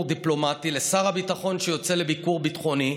דיפלומטי ולשר הביטחון שהוא יוצא לביקור ביטחוני,